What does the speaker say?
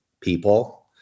people